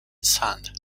sand